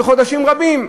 של חודשים רבים,